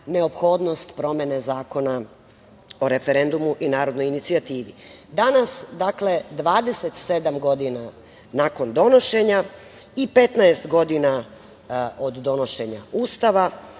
neophodnost promene Zakona o referendumu i narodnoj inicijativi. Danas, dakle 27 godina nakon donošenja i 15 godina od donošenja Ustava